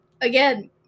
again